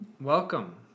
Welcome